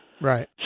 Right